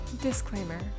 Disclaimer